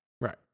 right